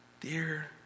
Dear